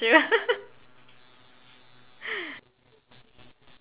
~ture